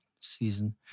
season